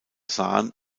sahen